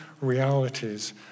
realities